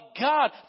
God